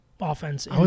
offense